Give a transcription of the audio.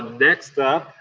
next up,